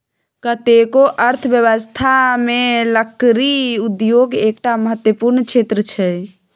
कतेको अर्थव्यवस्थामे लकड़ी उद्योग एकटा महत्वपूर्ण क्षेत्र छै